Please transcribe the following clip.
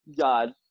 god